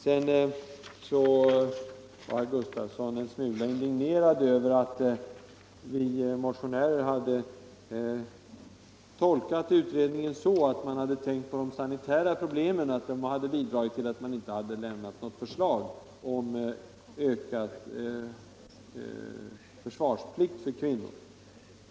Herr Gustavsson var en smula indignerad över att vi motionärer hade tolkat utredningen så att man hade tänkt på de sanitära problemen och att detta bidrog till att man inte lämnade något förslag om ökad försvarsplikt för kvinnor.